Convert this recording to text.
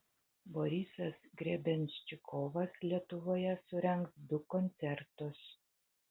borisas grebenščikovas lietuvoje surengs du koncertus